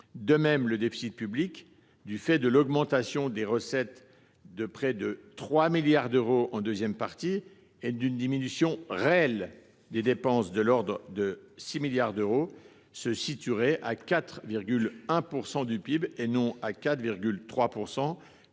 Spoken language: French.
De même, le déficit public, du fait de l’augmentation des recettes de près de 3 milliards d’euros en première partie et d’une diminution « réelle » des dépenses de l’ordre de 6 milliards d’euros, se situerait à 4,1 % du PIB, et non,